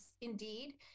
indeed